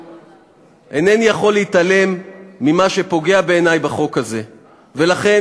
אין לי שום כוונה לפגוע בקואליציה הזו ובממשלה